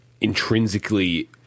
intrinsically